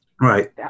right